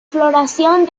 floración